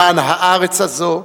למען הארץ הזאת,